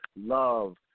love